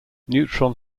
neutron